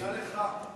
תודה רבה, אדוני.